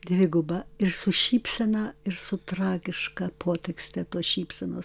dviguba ir su šypsena ir su tragiška potekste tos šypsenos